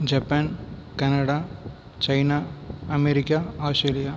Japan Canada China America Australia